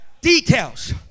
details